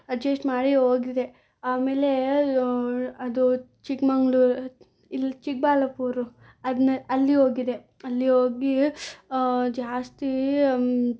adjust ಮಾಡಿ ಹೋಗಿದೆ ಆಮೇಲೆ ಅದು ಚಿಕ್ಕಮಗ್ಳೂರು ಇಲ್ಲ ಚಿಕ್ಕಬಳ್ಳಾಪುರು ಅದನ್ನೇ ಅಲ್ಲಿ ಹೋಗಿದ್ದೆ ಅಲ್ಲಿ ಹೋಗಿ ಜಾಸ್ತಿ